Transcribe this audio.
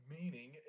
meaning